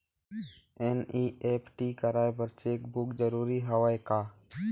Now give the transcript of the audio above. NEFT कराय बर cheque book जरूरी हवय का?